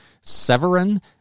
Severin